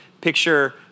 Picture